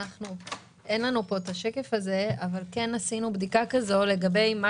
אין לנו פה את השקף הזה אבל ערכנו בדיקה כזו לגבי מה